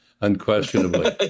unquestionably